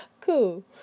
cool